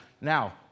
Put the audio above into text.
Now